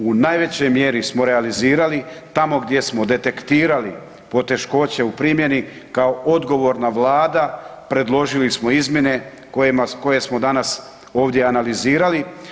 U najvećoj mjeri smo realizirali tamo gdje smo detektirali poteškoće u primjeni, kao odgovorna Vlada predložili smo izmjene koje smo danas ovdje analizirali.